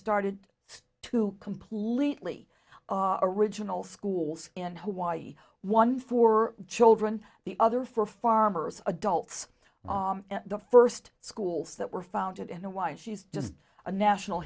started to completely original schools in hawaii one for children the other for farmers adults the first schools that were founded and why she was just a national